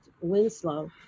Winslow